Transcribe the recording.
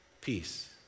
peace